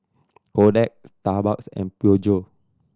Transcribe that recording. Kodak Starbucks and Peugeot